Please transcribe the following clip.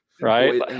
Right